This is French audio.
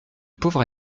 pauvre